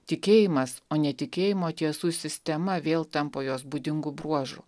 tikėjimas o netikėjimo tiesų sistema vėl tampa jos būdingu bruožu